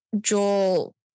Joel